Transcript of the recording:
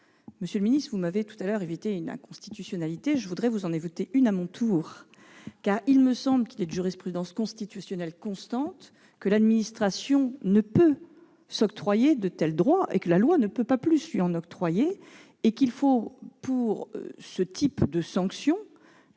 Monsieur le ministre, vous m'avez tout à l'heure évité une inconstitutionnalité ; je voudrais vous en éviter une à mon tour. En effet, il me semble qu'il est de jurisprudence constitutionnelle constante que l'administration ne peut s'octroyer de tels droits et que la loi ne peut pas plus lui en octroyer. Pour ce type de sanction,